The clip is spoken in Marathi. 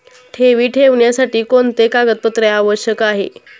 ठेवी ठेवण्यासाठी कोणते कागदपत्रे आवश्यक आहे?